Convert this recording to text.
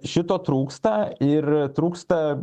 šito trūksta ir trūksta